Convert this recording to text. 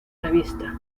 revista